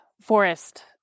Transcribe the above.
forest